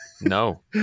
No